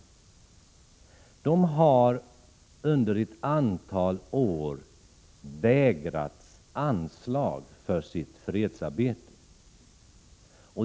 Kommittén har under ett antal år förvägrats anslag för sitt fredsarbete.